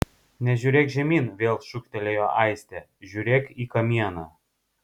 nežiūrėk žemyn vėl šūktelėjo aistė žiūrėk į kamieną